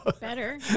Better